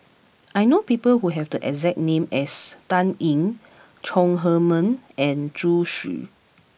I know people who have the exact name as Dan Ying Chong Heman and Zhu Xu